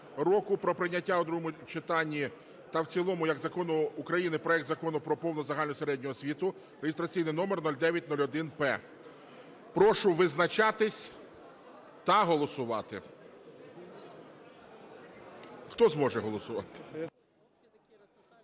року про прийняття у другому читанні та в цілому як закону України проект Закону "Про повну загальну середню освіту" (реєстраційний номер 0901-П). Прошу визначатись та голосувати. Хто зможе голосувати.